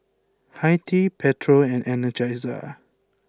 hi Tea Pedro and Energizer